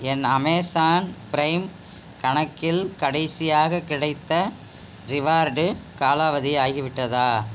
என் Amazon Prime கணக்கில் கடைசியாகக் கிடைத்த ரிவார்டு காலாவதியாகிவிட்டதா